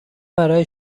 برای